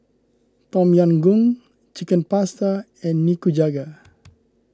Tom Yam Goong Chicken Pasta and Nikujaga